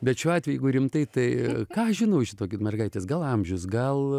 bet šiuo atveju jeigu rimtai tai ką aš žinau žinokit mergaitės gal amžius gal